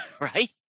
right